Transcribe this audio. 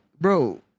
Bro